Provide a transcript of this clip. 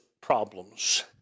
problems